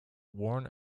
worn